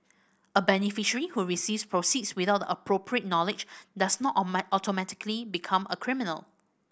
a beneficiary who receives proceeds without the appropriate knowledge does not automatically become a criminal